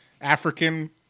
African